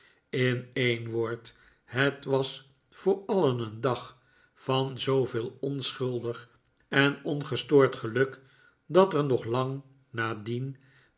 in een woord het was voor alien een dag van zooveel onschuldig en ongestoord geluk dat er nog lang nadien